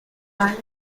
and